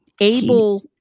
Able